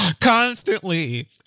constantly